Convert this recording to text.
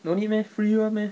no need meh free one meh